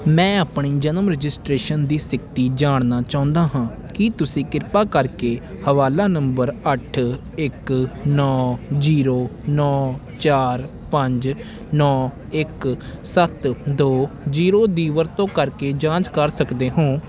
ਮੈਂ ਆਪਣੀ ਜਨਮ ਰਜਿਸਟ੍ਰੇਸ਼ਨ ਦੀ ਸਥਿਤੀ ਜਾਣਨਾ ਚਾਹੁੰਦਾ ਹਾਂ ਕੀ ਤੁਸੀਂ ਕਿਰਪਾ ਕਰਕੇ ਹਵਾਲਾ ਨੰਬਰ ਅੱਠ ਇੱਕ ਨੌਂ ਜ਼ੀਰੋ ਨੌਂ ਚਾਰ ਪੰਜ ਨੌਂ ਇੱਕ ਸੱਤ ਦੋ ਜ਼ੀਰੋ ਦੀ ਵਰਤੋਂ ਕਰਕੇ ਜਾਂਚ ਕਰ ਸਕਦੇ ਹੋ